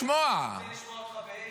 קשה לשמוע את זה.